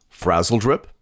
frazzledrip